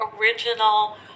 original